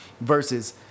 Versus